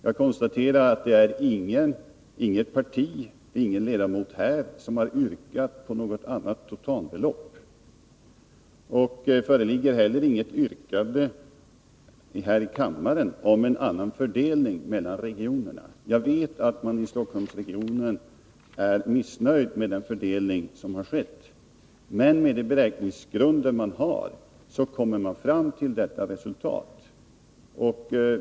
Jag konstaterar att inget parti och heller ingen ledamot har yrkat på något annat totalbelopp. Det föreligger heller inget yrkande här i kammaren om en annan fördelning mellan regionerna. Jag vet att många i Stockholmsregionen är missnöjda med den fördelning som föreslås, men med de beräkningsgrunder som finns kommer vi fram till detta resultat.